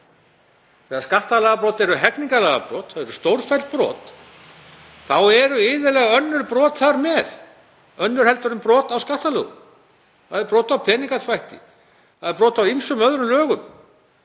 þegar skattalagabrot eru hegningarlagabrot, eru stórfelld brot, þá eru iðulega önnur brot þar með en brot á skattalögum. Það eru brot á peningaþvætti, það eru brot á ýmsum öðrum lögum